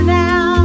now